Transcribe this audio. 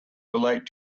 relate